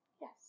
Yes